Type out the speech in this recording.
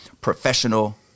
professional